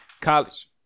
college